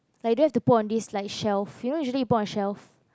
like that to put on this life shelf you know usually put on shelf